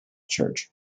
church